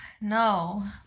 No